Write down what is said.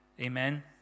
Amen